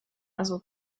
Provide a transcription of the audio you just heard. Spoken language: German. also